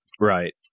Right